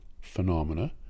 phenomena